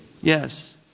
Yes